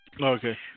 Okay